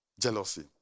Jealousy